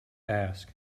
ask